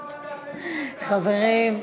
חברים,